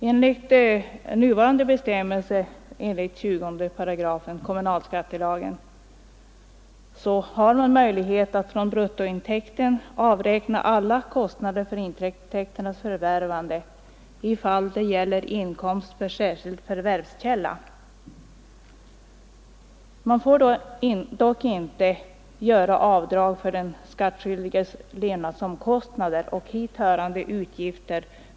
Enligt nuvarande bestämmelser i 20 § kommunalskattelagen har man möjlighet att från bruttointäkten avräkna alla kostnader för intäkternas förvärvande om det gäller inkomst av särskild förvärvskälla. Den skattskyldige får dock inte med åberopande av nämnda paragraf göra avdrag för sina levnadsomkostnader och hithörande utgifter.